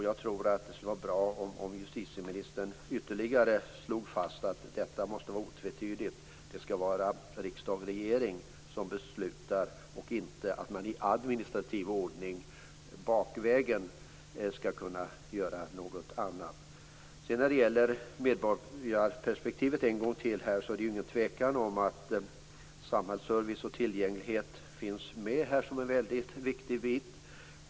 Det skulle vara bra om justitieministern ytterligare slog fast att detta är otvetydigt. Det skall vara riksdag och regering som beslutar, och man skall inte i administrativ ordning bakvägen kunna göra något annat. När det gäller medborgarperspektivet är det ingen tvekan om att samhällsservice och tillgänglighet finns med som en väldigt viktig bit.